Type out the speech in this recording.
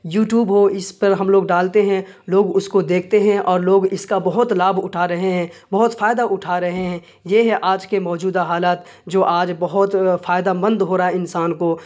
YouTube ہو اس پر ہم لوگ ڈالتے ہیں لوگ اس کو دیکھتے ہیں اور لوگ اس کا بہت لابھ اٹھا رہے ہیں بہت فائدہ اٹھا رہے ہیں یہ ہے آج کے موجودہ حالات جو آج بہت فائدہ مند ہو رہا ہے انسان کو